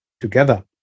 together